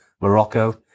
Morocco